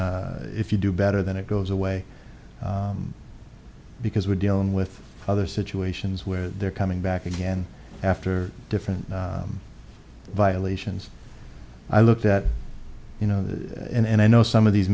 f you do better then it goes away because we're dealing with other situations where they're coming back again after different violations i looked at you know and i know some of these